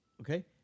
Okay